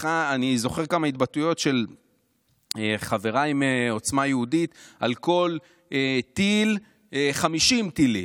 אני זוכר כמה התבטאויות של חבריי מעוצמה יהודית: על כל טיל 50 טילים,